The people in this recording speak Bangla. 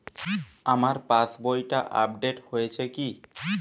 আমার পাশবইটা আপডেট হয়েছে কি?